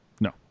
No